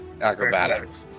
acrobatics